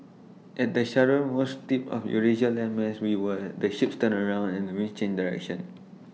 at the southernmost tip of Eurasia landmass we where are the ships turn around and the winds change direction